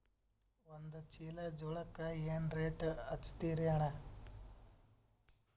ಒಂದ ಚೀಲಾ ಜೋಳಕ್ಕ ಏನ ರೇಟ್ ಹಚ್ಚತೀರಿ ಅಣ್ಣಾ?